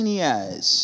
years